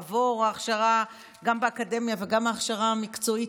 עבור להכשרה גם באקדמיה וגם הכשרה מקצועית,